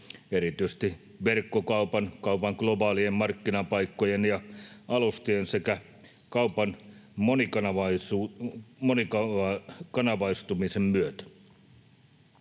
erityisesti verkkokaupan, kaupan globaalien markkinapaikkojen ja ‑alustojen sekä kaupan monikanavaistumisen myötä.